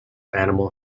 animal